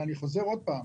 אני חוזר ואומר,